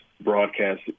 broadcast